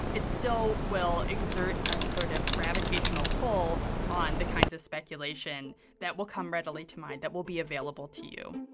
it still will exert a sort of gravitational pull on the kinds of speculation that will come readily to mind, that will be available to you